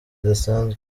zidasanzwe